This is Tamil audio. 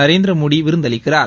நரேந்திரமோடி விருந்தளிக்கிறார்